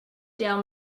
down